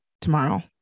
tomorrow